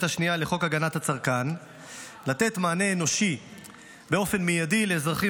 השנייה לחוק הגנת הצרכן לתת מענה אנושי באופן מיידי לאזרחים